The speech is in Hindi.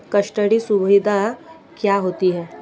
कस्टडी सुविधा क्या होती है?